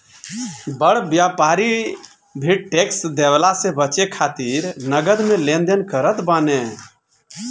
बड़ व्यापारी भी टेक्स देवला से बचे खातिर नगद में लेन देन करत बाने